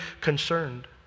concerned